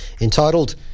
entitled